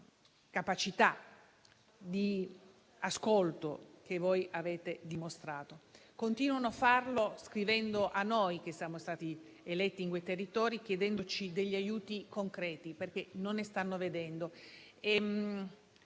capacità di ascolto che voi avete dimostrato. Continuano a farlo scrivendo a noi che siamo stati eletti in quei territori, chiedendoci degli aiuti concreti, perché non ne stanno vedendo;